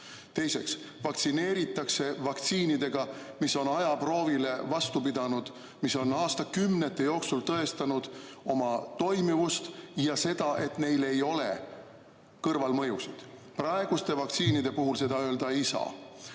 teiseks, vaktsineeritakse vaktsiinidega, mis on ajaproovile vastu pidanud, mis on aastakümnete jooksul tõestanud oma toimivust ja seda, et neil ei ole kõrvalmõjusid. Praeguste vaktsiinide kohta seda öelda ei saa.